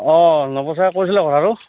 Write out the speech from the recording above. অঁ নৱছাৰে কৈছিলে কথাটো